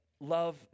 Love